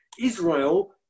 Israel